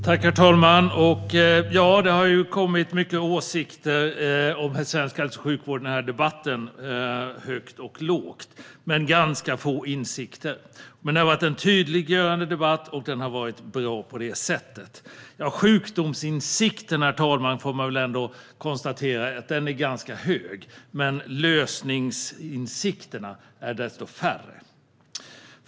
Herr talman! Det har framförts mycket åsikter om svensk hälso och sjukvård i denna debatt, högt och lågt, men ganska få insikter. Men det har varit en tydliggörande debatt, och på det sättet har den varit bra. Sjukdomsinsikten, herr talman, får man ändå konstatera är ganska hög, men lösningsinsikterna är desto färre.